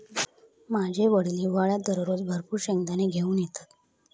माझे वडील हिवाळ्यात दररोज भरपूर शेंगदाने घेऊन येतत